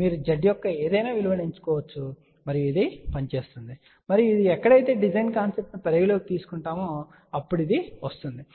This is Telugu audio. మీరు Z యొక్క ఏదైనా విలువను ఎంచుకోవచ్చు మరియు ఇది పని చేస్తుంది మరియు ఎక్కడైతే డిజైన్ కాన్సెప్ట్ ను పరిగణలోకి తీసుకున్నప్పుడు ఇది వస్తుంది